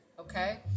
Okay